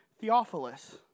Theophilus